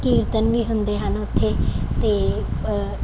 ਕੀਰਤਨ ਵੀ ਹੁੰਦੇ ਹਨ ਉੱਥੇ ਅਤੇ